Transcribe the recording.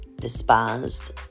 despised